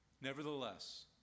Nevertheless